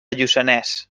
lluçanès